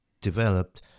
developed